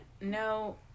no